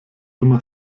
immer